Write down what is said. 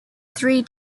three